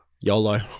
YOLO